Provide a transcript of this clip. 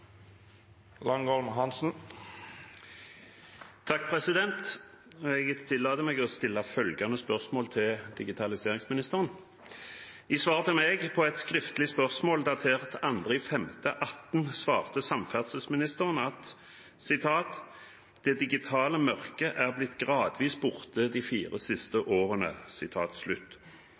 svar til meg på et skriftlig spørsmål, datert 2. mai 2018, svarte samferdselsministeren at «[...] det digitale «digitale mørket» er blitt gradvis borte de fire siste årene».